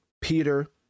Peter